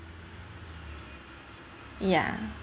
ya